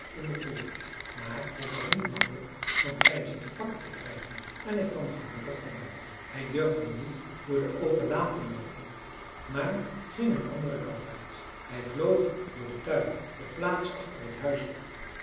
in de poort maar het was niet makkelijk zoo'n kleintje te pakken te krijgen en hij kwam gelukkig naar buiten hij durfde niet door de open laan te loopen maar ging een anderen kant uit hij vloog door den tuin de plaats achter het huis op